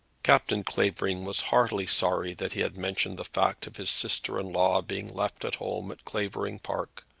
captain clavering was heartily sorry that he had mentioned the fact of his sister-in-law being left at home at clavering park.